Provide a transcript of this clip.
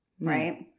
right